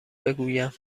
بگویم